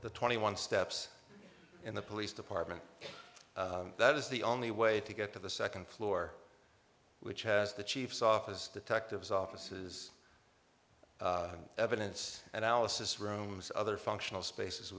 the twenty one steps in the police department that is the only way to get to the second floor which has the chief's office detectives offices evidence analysis rooms other functional spaces